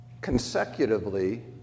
consecutively